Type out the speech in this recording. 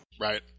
Right